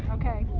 okay.